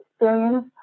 experience